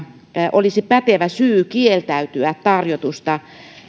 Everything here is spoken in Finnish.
olisi pätevä syy kieltäytyä tarjotusta